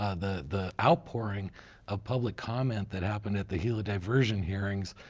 ah the the outpouring of public comment that happened at the gila diversion hearings,